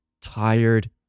tired